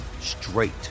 straight